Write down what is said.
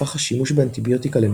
הפך השימוש באנטיביוטיקה לנפוץ.